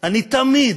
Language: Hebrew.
אני תמיד,